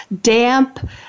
damp